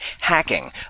hacking